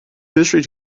history